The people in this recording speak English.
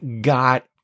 got